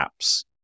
apps